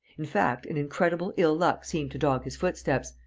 in fact, an incredible ill-luck seemed to dog his footsteps,